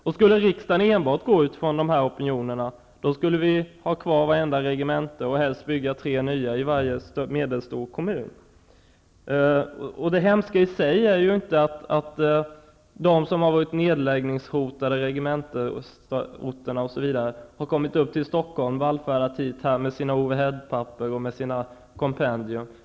Om riksdagen enbart skulle utgå från dessa opinioner, skulle vi ha kvar vart enda regemente och helst bygga tre nya i varje medelstor kommun. Det hemska är inte att människor har kommit upp till Stockholm från orter med nedläggningshotade regementen. De har vallfärdat hit med sina overheadpapper och sina kompendier.